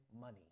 money